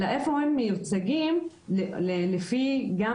אלא גם איפה הם מיוצגים לפי המדרג.